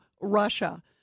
Russia